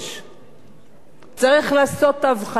צריך לעשות את ההבחנה הברורה הזאת.